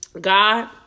God